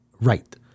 right